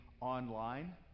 online